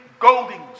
Goldings